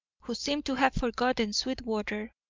who seemed to have forgotten sweetwater,